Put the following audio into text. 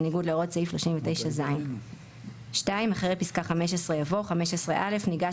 בניגוד להוראות סעיף 39ז;"; אחרי פסקה (15) יבוא: (15א) ניגש